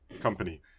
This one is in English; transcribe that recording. company